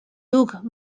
duc